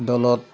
দলত